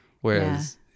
whereas